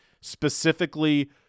specifically